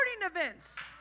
events